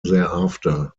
thereafter